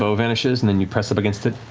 so vanishes, and then you press up against it.